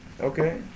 Okay